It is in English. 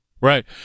Right